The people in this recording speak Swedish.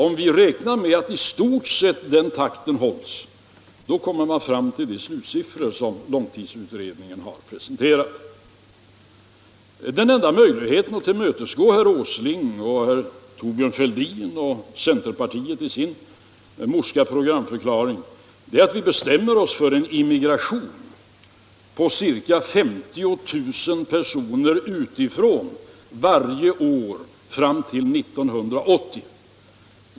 Om vi räknar med att den takten i stort sett hålls kommer vi fram till de slutsiffror som långtidsutredningen har presenterat. Den enda möjligheten att tillmötesgå herr Åsling, herr Thorbjörn Fälldin och centerpartiet i övrigt i dess morska programförklaring är att vi bestämmer oss för en immigration på ca 50 000 personer utifrån varje år fram till 1980.